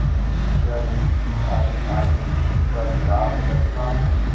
क्या UPI ID का charge लगता है?